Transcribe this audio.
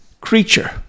creature